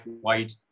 white